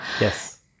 Yes